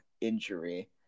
injury